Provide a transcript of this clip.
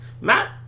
Matt